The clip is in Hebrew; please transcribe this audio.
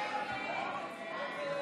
הסתייגות 10 לא נתקבלה.